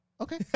Okay